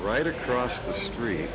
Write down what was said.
right across the street